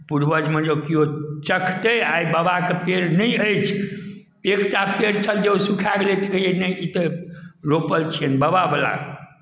पूर्वजमे जे किओ चखतै आइ बाबाके पेड़ नहि अछि एकटा पेड़ छल जे ओ सुखा गेलै तऽ कहैए नहि ई तऽ रोपल छियनि बाबावला